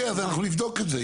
אנחנו נבדוק את זה.